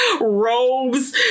robes